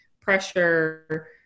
pressure